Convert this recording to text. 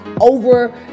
over